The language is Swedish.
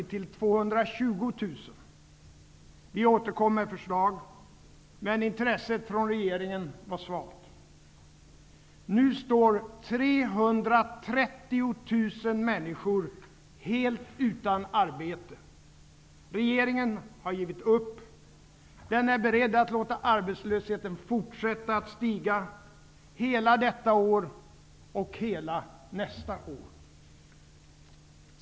220 000. Vi återkom med förslag, men intresset från regeringen var svalt. Nu står 330 000 människor helt utan arbete. Regeringen har givit upp. Den är beredd att låta arbetslösheten fortsätta att stiga, hela detta år och hela nästa år.